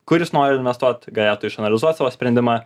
kur jis nori investuot galėtų išanalizuot savo sprendimą